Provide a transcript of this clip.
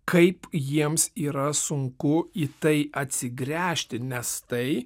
kaip jiems yra sunku į tai atsigręžti nes tai